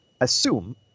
assume